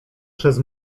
przez